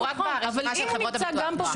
שהוא רק ברשימה של חברות הביטוח.